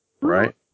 right